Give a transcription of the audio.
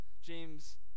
James